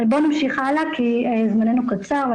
נמשיך הלאה, כי זמננו קצר.